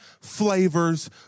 flavors